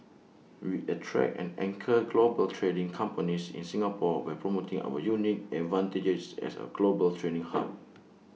we attract and anchor global trading companies in Singapore by promoting our unique advantages as A global trading hub